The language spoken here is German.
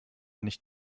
nicht